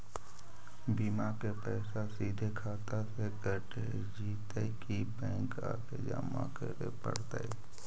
बिमा के पैसा सिधे खाता से कट जितै कि बैंक आके जमा करे पड़तै?